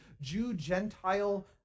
Jew-Gentile